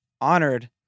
honored